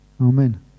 Amen